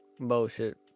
bullshit